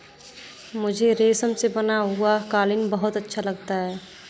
मुझे रेशम से बना हुआ कालीन बहुत अच्छा लगता है